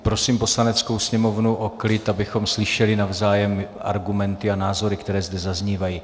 Prosím Poslaneckou sněmovnu o klid, abychom slyšeli navzájem argumenty a názory, které zde zaznívají.